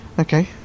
Okay